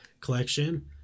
collection